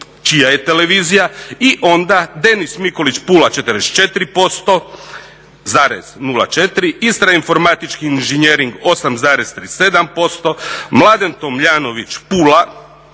čija je televizija i onda Denis Mikulić Pula 44,04%, Istra informatički inženjering 8,37%, Mladen Tomljanović Pula